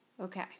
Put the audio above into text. Okay